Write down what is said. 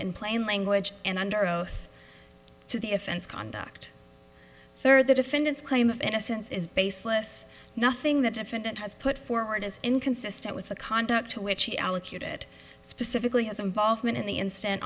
in plain language and under oath to the offense conduct third the defendant's claim of innocence is baseless nothing that defendant has put forward is inconsistent with the conduct to which he allocute it specifically has involvement in the instan